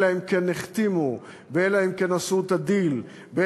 אלא אם כן החתימו ואלא אם כן עשו את הדיל ואלא